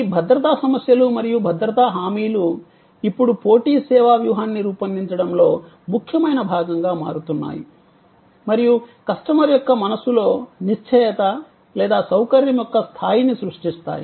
ఈ భద్రతా సమస్యలు మరియు భద్రతా హామీలు ఇప్పుడు పోటీ సేవా వ్యూహాన్ని రూపొందించడంలో ముఖ్యమైన భాగంగా మారుతున్నాయి మరియు కస్టమర్ యొక్క మనస్సులో నిశ్చయత లేదా సౌకర్యం యొక్క స్థాయిని సృష్టిస్తాయి